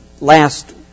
last